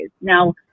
now